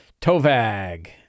Tovag